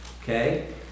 Okay